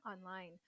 online